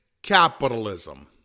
capitalism